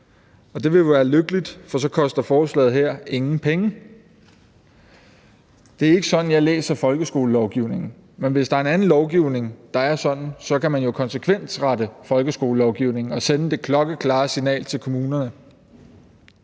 det vil jo være lykkeligt, for så koster forslaget her ingen penge. Det er ikke sådan, jeg læser folkeskolelovgivningen, men hvis der er en anden lovgivning, der er sådan, så kan man jo konsekvensrette folkeskolelovgivningen og sende det klokkeklare signal til kommunerne.